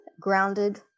grounded